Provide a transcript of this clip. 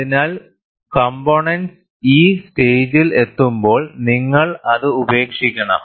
അതിനാൽ കംപോണന്റ്സ് ഈ സ്റ്റേജിൽ എത്തുമ്പോൾ നിങ്ങൾ അത് ഉപേക്ഷിക്കണം